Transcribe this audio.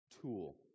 tool